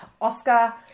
Oscar